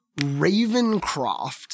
Ravencroft